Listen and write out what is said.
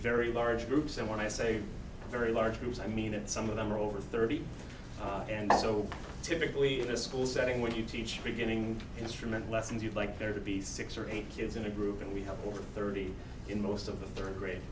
very large groups and when i say very large groups i mean and some of them are over thirty and so typically in a school setting where you teach beginning instrument lessons you'd like there to be six or eight kids in a group and we have over thirty in most of the third grade